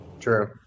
True